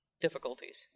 difficulties